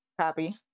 Copy